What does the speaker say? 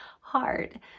hard